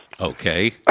Okay